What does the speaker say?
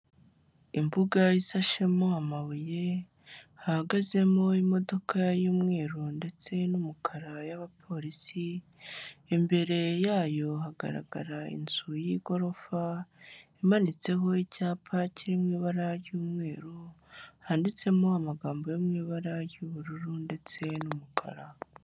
Imbuga isashemo amabuye, ahagazemo imodoka y'umweru ndetse n'umukara y'abapolisi, imbere yayo hagaragara inzu y'igorofa imanitseho icyapa kiririmo ibara ry'umweru handitsemo, amagambo yo my ibara ry'ubururu ndetse n'umukara.